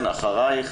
אחרייך